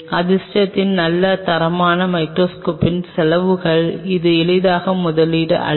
அதிர்ஷ்டத்தின் நல்ல தரமான மைக்ரோஸ்கோப்பின் செலவுகள் இது எளிதான முதலீடு அல்ல